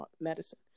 Medicine